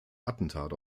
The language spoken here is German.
attentat